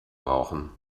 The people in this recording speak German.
brauchen